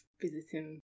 visiting